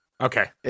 Okay